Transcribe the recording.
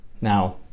Now